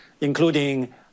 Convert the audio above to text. including